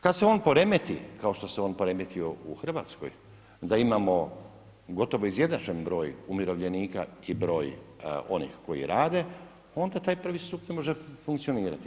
Kad se on poremeti, kao što se on poremetio u Hrvatskoj, da imamo gotovo izjednačen broj umirovljenika i broj onih koji rade, onda taj prvi stup ne može funkcionirati.